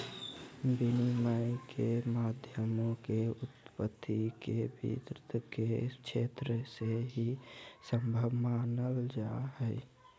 विनिमय के माध्यमों के उत्पत्ति के वित्त के क्षेत्र से ही सम्भव मानल जा हइ